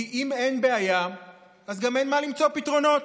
כי אם אין בעיה אז גם אין מה למצוא פתרונות.